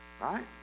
Right